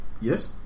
Yes